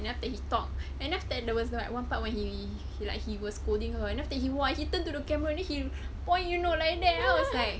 then after he talk and after that there was like one part when he he like he was scolding her and then after that !wah! he turned to the camera and then he point you know like that you know I was like